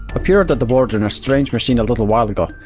appeared at the border in a strange machine a little while ago,